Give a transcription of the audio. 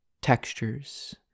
textures